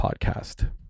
Podcast